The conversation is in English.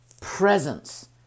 presence